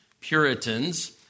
Puritans